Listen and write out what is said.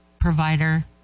provider